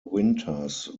winters